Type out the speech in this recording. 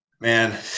man